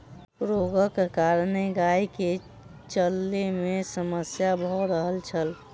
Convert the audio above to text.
रोगक कारण गाय के चलै में समस्या भ रहल छल